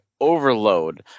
overload